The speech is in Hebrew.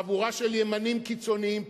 חבורה של ימנים קיצונים.